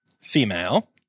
female